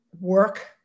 work